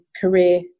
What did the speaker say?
career